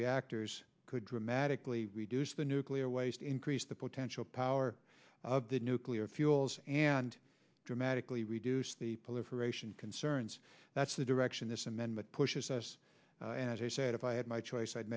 reactors could dramatically reduce the nuclear waste increase the potential power of the nuclear fuels and dramatically reduce the politicization concerns that's the direction this amendment pushes us as i said if i had my choice i'd